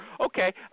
Okay